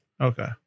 Okay